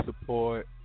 support